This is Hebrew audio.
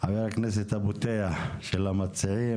חבר הכנסת הפותח של המציעים,